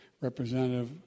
Representative